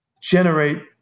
generate